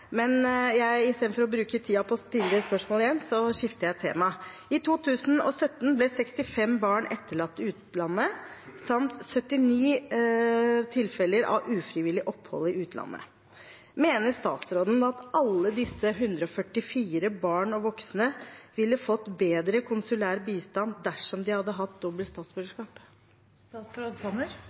Men i stedet for å bruke tid på å stille spørsmålet igjen skifter jeg tema. I 2017 ble 65 barn etterlatt i utlandet, samt at det var 79 tilfeller av ufrivillig opphold i utlandet. Mener statsråden at alle disse 144 barn og voksne ville ha fått bedre konsulær bistand dersom de hadde hatt dobbelt statsborgerskap?